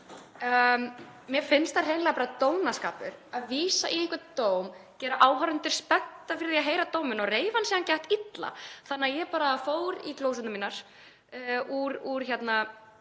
mér finnst það hreinlega bara dónaskapur að vísa í einhvern dóm, gera áhorfendur spennta fyrir því að heyra dóminn og reifa hann síðan geðveikt illa. Þannig að ég bara fór í glósurnar mínar úr